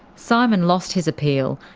simon lost his appeal,